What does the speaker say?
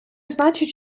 значить